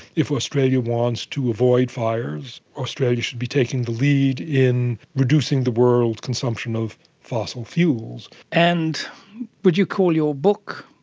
if australia wants to avoid fires, australia should be taking the lead in reducing the world's consumption of fossil fuels. and would you call your book,